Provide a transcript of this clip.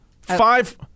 five